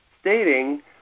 stating